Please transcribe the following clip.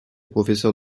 professeur